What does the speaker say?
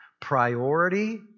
Priority